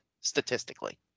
statistically